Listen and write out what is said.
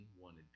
wanted